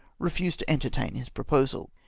refused to en tertain his proposal.